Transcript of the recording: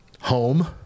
Home